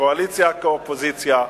קואליציה כאופוזיציה,